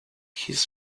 his